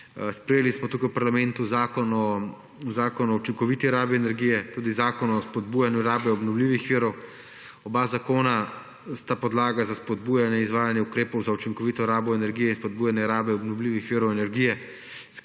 Sprejeli smo tukaj v parlamentu zakon o učinkoviti rabi energije, tudi zakon o spodbujanju rabe obnovljivih virov. Oba zakona sta podlaga za spodbujanje izvajanja ukrepov za učinkovito rabo energije in spodbujanje rabe obnovljivih virov energije,